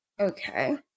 Okay